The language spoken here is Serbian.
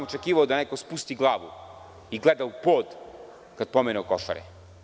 Očekivao sam da neko spusti glavu i gleda u pod kada se pomenu Košare.